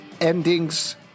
endings